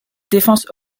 défense